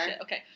okay